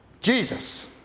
Jesus